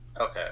Okay